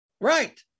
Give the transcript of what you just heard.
Right